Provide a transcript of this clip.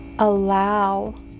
allow